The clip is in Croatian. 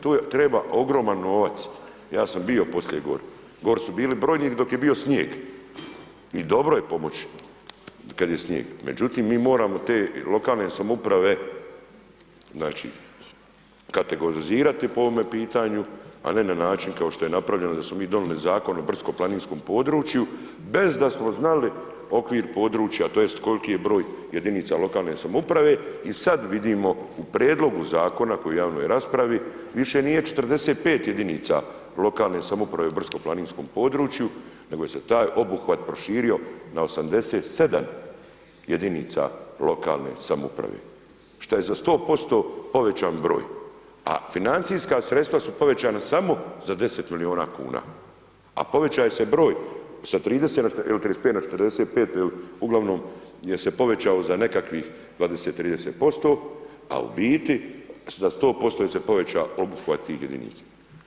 Tu treba ogroman novac, ja sam bio poslije gore, gore su bili brojni dok je bio snijeg i dobro je pomoći kad je snijeg međutim mi moramo te lokalne samouprave znači kategorizirat po ovome pitanje a ne način kao što je napravljeno da smo mi donijeli Zakon o brdsko-planinskom području bez da smo znali okvir područja tj. koliko je broj jedinica lokalne samouprave, i sad vidimo u prijedlogu zakona koji je u javnoj raspravi, više nije 45 jedinica lokalne samouprave u brdsko-planinskom području nego se taj obuhvat proširio na 87 jedinica lokalne samouprave što je za 100% povećan broj a financijska sredstva su povećana samo za 10 milijuna kuna povećava se broj sa 30 ili 35 na 45 i uglavnom gdje se povećao za nekakvih 20, 30% a u biti za 100% im poveća obuhvat tih jedinica.